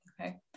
Okay